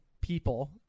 people